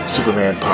Superman